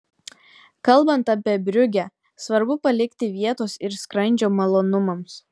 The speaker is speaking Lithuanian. kalbant apie briugę svarbu palikti vietos ir skrandžio malonumams